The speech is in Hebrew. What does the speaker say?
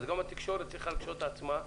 אז גם התקשורת צריכה לקשוט את עצמה.